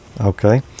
Okay